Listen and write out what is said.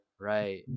Right